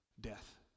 death